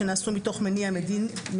שנעשו מתוך "מניע מדיני,